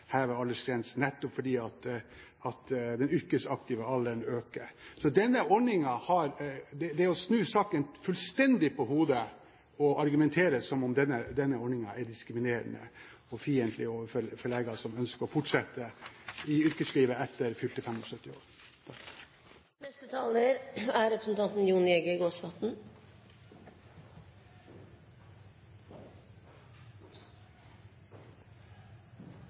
nettopp fordi den yrkesaktive alderen øker. Det er å snu saken fullstendig på hodet å argumentere som om denne ordningen er diskriminerende og fiendtlig overfor leger som ønsker å fortsette i yrkeslivet etter fylte 75 år. Jeg forstår at representanten